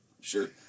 Sure